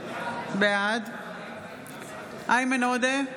בעד איימן עודה,